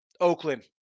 Oakland